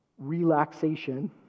relaxation